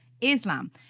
Islam